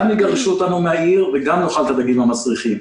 גם יגרשו אותנו מן העיר וגם נאכל את הדגים המסריחים,